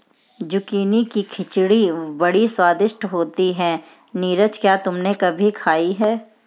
Zucchini की खिचड़ी बड़ी स्वादिष्ट होती है नीरज क्या तुमने कभी खाई है?